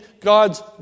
God's